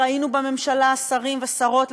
ראינו בממשלה שרים ושרות,